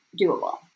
doable